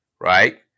Right